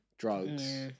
drugs